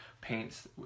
paints